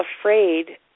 afraid